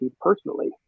personally